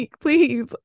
please